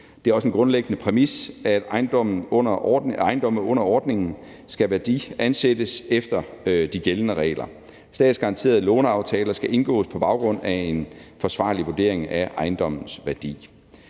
Det er også en grundlæggende præmis, at ejendomme under ordningen skal værdiansættes efter de gældende regler. Statsgaranterede låneaftaler skal indgås på baggrund af en forsvarlig vurdering af ejendommens værdi.